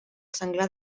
senglar